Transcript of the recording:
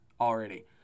already